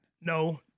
No